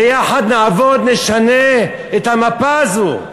ביחד נעבוד, נשנה את המפה הזאת.